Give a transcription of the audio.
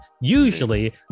usually